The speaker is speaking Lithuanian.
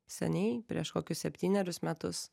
seniai prieš kokius septynerius metus